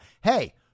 Hey